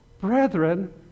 brethren